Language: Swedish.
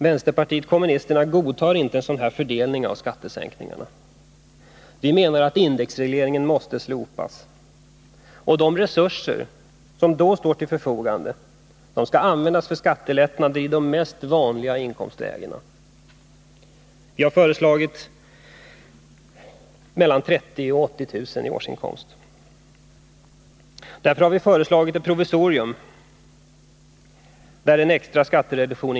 Vänsterpartiet kommunisterna godtar inte en sådan fördelning av skattesänkningarna. Vi menar att indexregleringen måste slopas, och de resurser som då kommer att stå till förfogande skall användas för skattelättnader i de mest vanliga inkomstlägena — mellan 30 000 och 80 000 kr. i årsinkomst, har vi föreslagit. Därför har vi föreslagit ett provisorium med en extra skattereduktion.